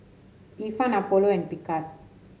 Ifan Apollo and Picard